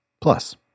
Plus